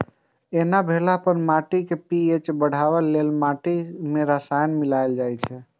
एना भेला पर माटिक पी.एच बढ़ेबा लेल माटि मे रसायन मिलाएल जाइ छै